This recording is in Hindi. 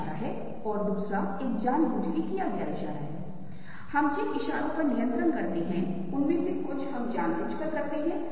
आंख यहाँ है आंख से सूचना मस्तिष्क तक जाती है और फिर दृश्य प्रांतस्था के अधिक उन्नत हिस्से में जहां प्रसंस्करण होता है